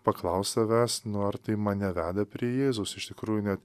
paklaus savęs nu ar tai mane veda prie jėzus iš tikrųjų ne